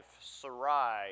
Sarai